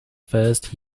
first